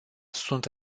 sunt